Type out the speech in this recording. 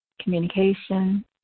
communication